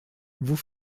vous